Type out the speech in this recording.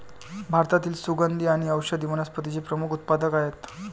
भारतातील सुगंधी आणि औषधी वनस्पतींचे प्रमुख उत्पादक आहेत